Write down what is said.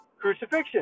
crucifixion